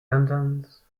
sentence